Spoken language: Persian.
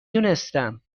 دونستم